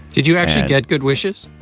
did you actually get good wishes?